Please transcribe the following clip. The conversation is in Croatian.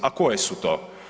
A koje su to?